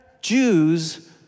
Jews